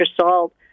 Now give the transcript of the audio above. salt